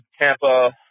Tampa